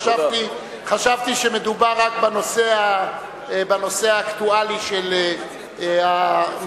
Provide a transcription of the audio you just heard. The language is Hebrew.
חשבתי שמדובר רק בנושא האקטואלי של מינוי